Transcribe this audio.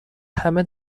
همه